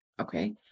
Okay